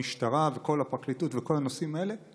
המשטרה וכל הפרקליטות וכל הנושאים האלה,